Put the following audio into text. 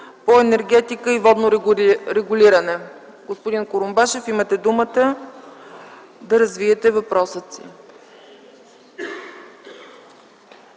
по енергетика и водно регулиране. Господин Курумбашев, имате думата да развиете въпроса си.